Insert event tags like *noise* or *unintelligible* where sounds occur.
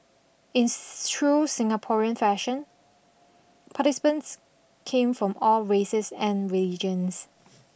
in *unintelligible* true Singaporean fashion participants came from all races and religions